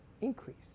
Increase